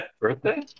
Birthday